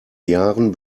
jahren